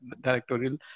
directorial